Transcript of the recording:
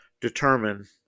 determine